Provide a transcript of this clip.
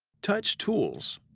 touch tools.